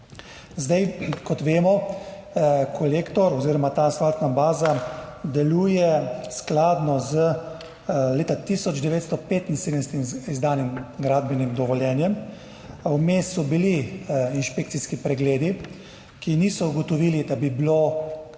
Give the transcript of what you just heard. Kot vemo, Kolektor oziroma ta asfaltna baza deluje skladno z leta 1975 izdanim gradbenim dovoljenjem. Vmes so bili inšpekcijski pregledi, ki niso ugotovili, da bi bilo